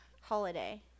holiday